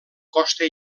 costa